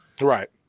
Right